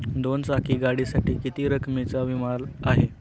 दोन चाकी गाडीसाठी किती रकमेचा विमा आहे?